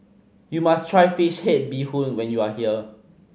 you must try fish head bee hoon when you are here